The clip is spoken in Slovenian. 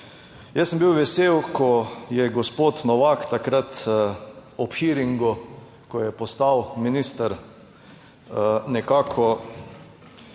Jaz sem bil vesel, ko je gospod Novak takrat ob hearingu, ko je postal minister, nekako